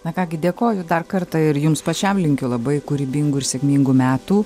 na ką gi dėkoju dar kartą ir jums pačiam linkiu labai kūrybingų ir sėkmingų metų